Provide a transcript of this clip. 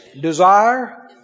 Desire